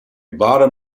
bottom